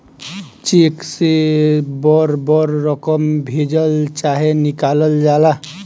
check से बड़ बड़ रकम भेजल चाहे निकालल जाला